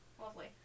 lovely